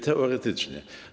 Teoretycznie.